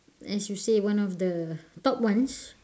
as you say one of the top ones